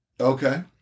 Okay